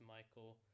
Michael